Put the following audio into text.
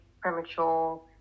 premature